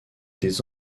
des